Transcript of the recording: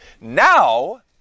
Now